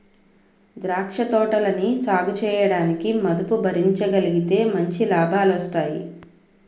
ద్రాక్ష తోటలని సాగుచేయడానికి మదుపు భరించగలిగితే మంచి లాభాలొస్తాయి